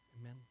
Amen